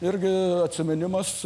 irgi atsiminimas